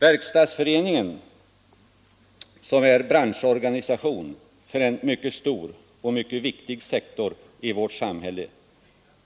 Verkstadsföreningen, som är branschorganisation för en mycket stor och viktig sektor i vårt samhälle,